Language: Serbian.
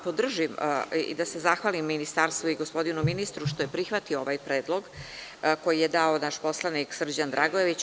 Podržaću i da se zahvalim Ministarstvu i gospodinu ministru što je prihvatio ovaj predlog koji je dao naš poslanik Srđan Dragojević.